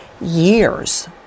years